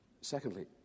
Secondly